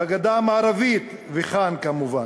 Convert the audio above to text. בגדה המערבית וכאן כמובן.